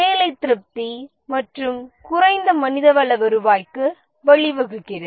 வேலை திருப்தி மற்றும் குறைந்த மனிதவள வருவாய்க்கு வழிவகுக்கிறது